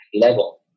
level